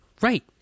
Right